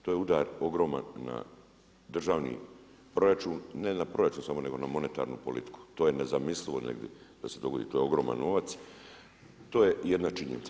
To je udar ogroman na državni proračun, ne na proračun samo nego na monetarnu politiku, to je nezamislivo negdje da se dogodi, to je ogroman novac, to je jedna činjenica.